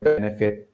benefit